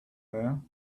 there